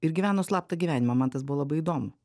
ir gyveno slaptą gyvenimą man tas buvo labai įdomu